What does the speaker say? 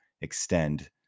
extend